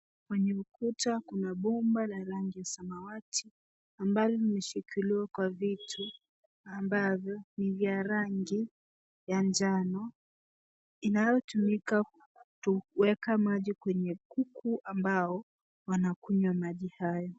Kwenye ukuta kuna bomba la rangi ya samawati ambalo limeshikiliwa kwa vitu ambavyo ni vya rangi ya njano inayotumika kuweka maji kwenye kuku ambao wanakunywa maji hayo.